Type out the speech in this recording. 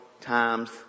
times